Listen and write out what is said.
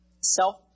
self